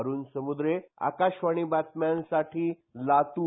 अरूण समुद्रे आकाशवाणी बातम्यांसाठी लातूर